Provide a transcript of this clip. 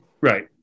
right